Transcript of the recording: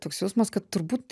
toks jausmas kad turbūt